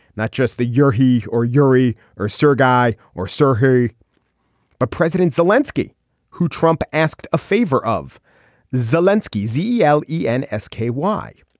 not just the year he or uri or sir guy or surgery but president selenski who trump asked a favor of zelinsky zi l e n s k y.